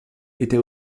était